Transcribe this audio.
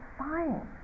fine